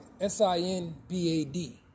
S-I-N-B-A-D